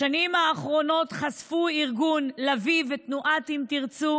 בשנים האחרונות חשפו ארגון "לביא" ותנועת אם תרצו